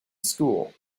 school